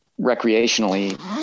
recreationally